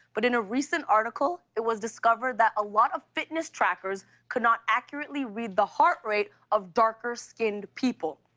but in a recent article, it was discovered that a lot of fitness trackers could not accurately read the heart rate of darker-skinned people.